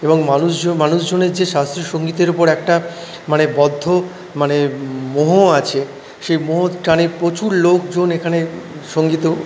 এবং মানুষজন মানুষজনের যে শাস্ত্রীয় সঙ্গীতের ওপর একটা মানে বদ্ধ মানে মোহ আছে সেই মোহর টানে প্রচুর লোকজন এখানে সঙ্গীতও